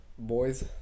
boys